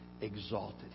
exalted